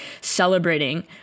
celebrating